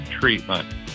treatment